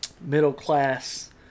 middle-class